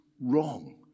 wrong